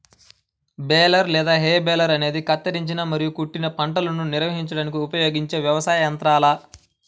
baler లేదా hay baler అనేది కత్తిరించిన మరియు కొట్టిన పంటను నిర్వహించడానికి ఉపయోగించే వ్యవసాయ యంత్రాల